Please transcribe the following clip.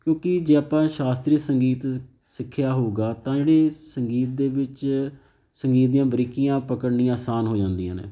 ਕਿਉਂਕਿ ਜੇ ਆਪਾਂ ਸ਼ਾਸਤਰੀ ਸੰਗੀਤ ਸਿੱਖਿਆ ਹੋਵੇਗਾ ਤਾਂ ਜਿਹੜੀ ਸੰਗੀਤ ਦੇ ਵਿੱਚ ਸੰਗੀਤ ਦੀਆਂ ਬਰੀਕੀਆਂ ਪਕੜਨੀਆਂ ਆਸਾਨ ਹੋ ਜਾਂਦੀਆਂ ਨੇ